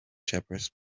shepherds